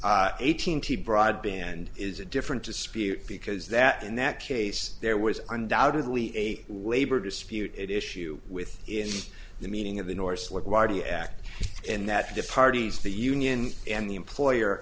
wadia eighteen t broadband is a different dispute because that in that case there was undoubtedly a labor dispute issue with in the meeting of the norse laguardia act and that the parties the union and the employer